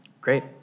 Great